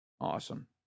awesome